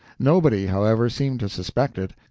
nobody, however, seemed to suspect it.